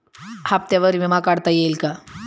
हप्त्यांवर विमा काढता येईल का?